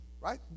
right